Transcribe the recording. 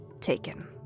taken